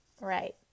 Right